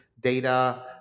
data